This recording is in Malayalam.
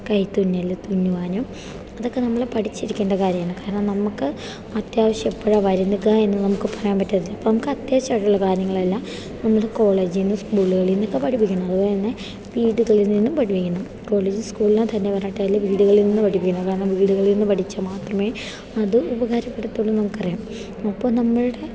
കൈ തുന്നൽ തുന്നുവാനും അതൊക്കെ നമ്മൾ പഠിച്ചിരിക്കേണ്ട കാര്യമാണ് കാരണം നമുക്ക് അത്യാവശ്യം എപ്പോഴാ വരുന്നത് എന്ന് നമുക്ക് പറയാൻ പറ്റത്തില്ല അപ്പം നമുക്ക് അത്യാവശ്യമായിട്ടുള്ള കാര്യങ്ങളെല്ലാം നമ്മൾ കോളേജീന്നും സ്കൂളുകളിൽനിന്നൊക്കെ പഠിപ്പിക്കണം അതുപോലത്തന്നെ വീടുകളിൽനിന്നും പഠിപ്പിക്കണം കോളേജും സ്കൂളിനാ തന്നെ പറഞ്ഞിട്ടല്ല വീടുകളിൽനിന്ന് പഠിപ്പിക്കണം കാരണം വീടുകളിൽനിന്ന് പഠിച്ചാൽ മാത്രമേ അത് ഉപകാരപ്പെടുത്തുള്ളൂ നമുക്കറിയാം അപ്പം നമ്മളുടെ